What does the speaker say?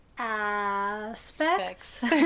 Aspects